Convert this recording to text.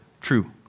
true